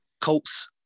Colts